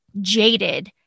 jaded